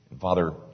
Father